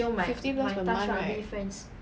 fifty plus per month right